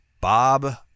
Bob